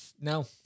no